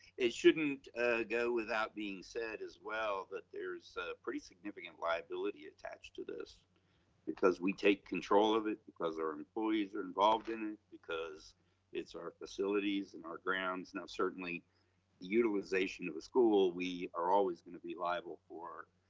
it shouldn't go without being said as well. that there's a pretty significant liability attached to this because we take control of it because their employees are involved in because it's our facilities and our grounds now certainly utilization of a school we are always gonna be liable for